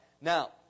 Now